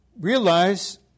realize